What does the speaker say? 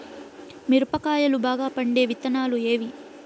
మిరప కాయలు బాగా పండే విత్తనాలు ఏవి